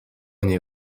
nie